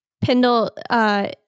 Pendle